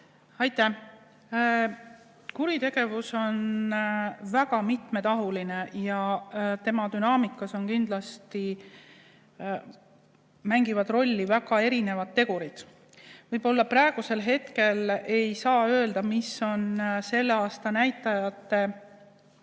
Aitäh! Kuritegevus on väga mitmetahuline ja selle dünaamikas kindlasti mängivad rolli väga erinevad tegurid. Võib-olla praegusel hetkel ei saa öelda, mis on selle aasta näitajate,